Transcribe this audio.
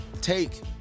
take